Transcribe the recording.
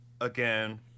again